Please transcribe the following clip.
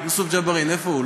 איפה הוא?